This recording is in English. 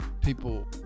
people